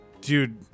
dude